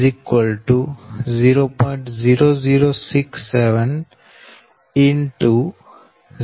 0067 X 0